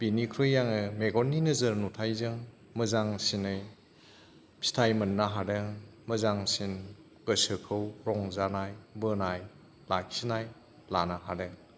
बिनिख्रुइ आङो मेगननि नोजोर नुथायजों मोजांसिनै फिथाय मोन्नो हादों मोजांसिन गोसोखौ रंजानाय बोनाय लाखिनाय लानो हादों